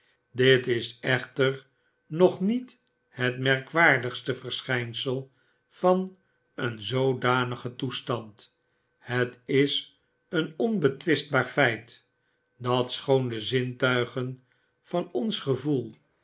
dit is echter nog niet het merkwaardigste verschijnsel van een zoodanigen toestand het is een onbetwistbaar feit dat schoon de zintuigen van ons gevoel